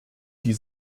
die